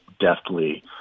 deftly